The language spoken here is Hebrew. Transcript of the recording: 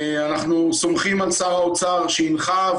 אנחנו סומכים על שר האוצר שהנחה,